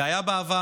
זה היה בעבר,